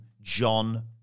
John